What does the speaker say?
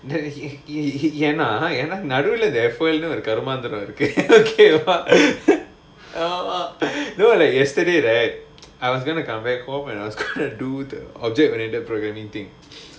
then he he he ஏனா நடுவுல ஒரு கரு மாந்திரம் இருக்கு:yaenaa naduvula oru karumaandhiram irukku no like yesterday right I was going to come back home and I was going to do the object oriented programming thing